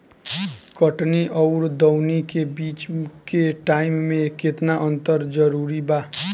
कटनी आउर दऊनी के बीच के टाइम मे केतना अंतर जरूरी बा?